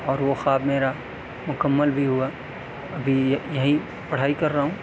اور وہ خواب میرا مکمل بھی ہوا ابھی یہیں پڑھائی کر رہا ہوں